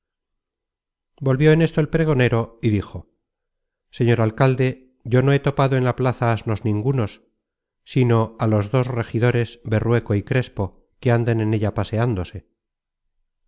volvió en esto el pregonero y dijo señor alcalde yo no he topado en la plaza asnos ningunos sino á los dos regidores berrueco y crespo que andan en ella paseandose